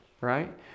Right